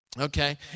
Okay